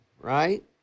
right